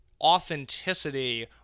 authenticity